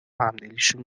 همدلیشون